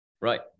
right